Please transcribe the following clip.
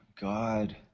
God